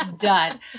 done